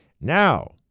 Now